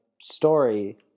story